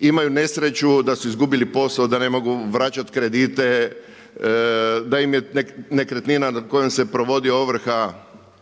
imaju nesreću da su izgubili posao, da ne mogu vraćati kredite da im je nekretnina nad kojom im provodi ovrha